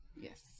yes